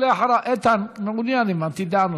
ואחריו, איתן מעוניין בדעה נוספת.